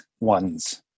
Ones